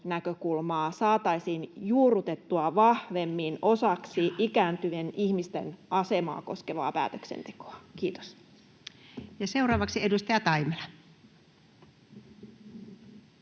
saataisiin juurrutettua vahvemmin osaksi ikääntyvien ihmisten asemaa koskevaa päätöksentekoa? — Kiitos. [Speech 145] Speaker: